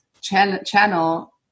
channel